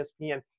ESPN